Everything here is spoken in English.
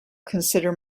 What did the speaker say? consider